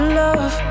love